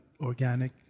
organic